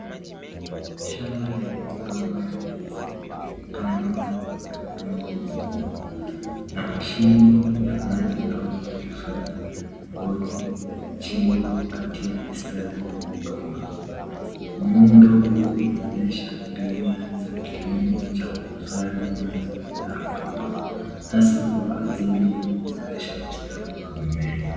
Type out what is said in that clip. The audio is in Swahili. Shamba lenye migomba ya ndizi imepandwa kwenye udongo mkubwa na mashini ya maji au ya kuhifadhi ngozi yamechimbwa kati ya mistari ya migomba. Muundo huu unaonesha mbinu za kilimo cha kuhifadhi maji na rotuba hasa kwa ajili ya kuboresha ustawi wa mimea.